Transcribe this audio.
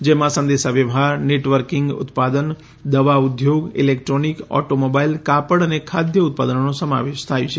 જેમાં સંદેશા વ્યવહાર નેટવર્કિંગ ઉત્પાદન દવા ઉદ્યોગ ઇલેકટ્રોનિક ઓટો મોબાઇલ કાપડ અને ખાદ્ય ઉત્પાદનોનો સમાવેશ થાય છે